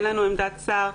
אין לנו עמדת שר.